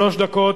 שלוש דקות.